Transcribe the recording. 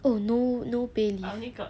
oh no no pay leave